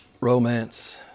romance